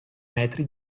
metri